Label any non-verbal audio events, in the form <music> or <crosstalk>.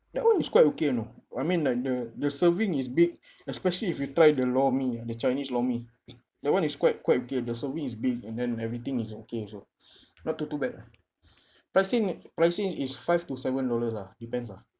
that one is quite okay you know I mean like the the serving is big especially if you try the lor mee ah the chinese lor mee <noise> that one is quite quite okay the serving is big and then everything is okay also <breath> not too too bad ah pricing pricing is five to seven dollars lah depends ah